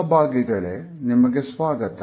ಸಹಭಾಗಿಗಳೇ ನಿಮಗೆ ಸ್ವಾಗತ